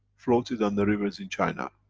float it on the rivers in china.